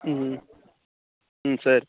ம் ம் ம் சரி